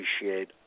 appreciate